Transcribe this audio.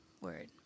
word